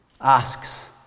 asks